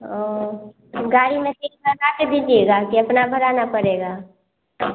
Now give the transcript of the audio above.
और गाड़ी मे तेल भरा कर दीजिएगा की अपना भरना पड़ेगा